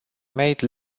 made